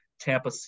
Tampa